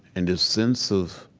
and a sense of